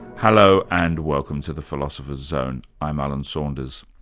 hello, and welcome to the philosopher's zone. i'm alan saunders.